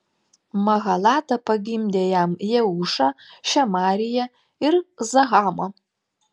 mahalata pagimdė jam jeušą šemariją ir zahamą